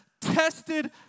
Tested